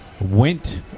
went